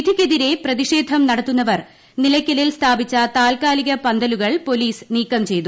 വിധിക്കെതിരെ പ്രതിഷേധം നടത്തുന്നവർ നിലയ്ക്കലിൽ സ്ഥാപിച്ച താൽക്കാലിക പന്തലുകൾ പോലീസ് നീക്കം ചെയ്തു